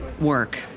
work